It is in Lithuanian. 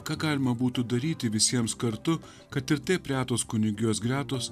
ką galima būtų daryti visiems kartu kad ir taip retos kunigijos gretos